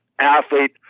athlete